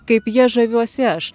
kaip ja žaviuosi aš